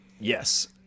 yes